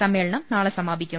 സമ്മേളനം നാളെ സമാപിക്കും